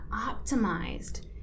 optimized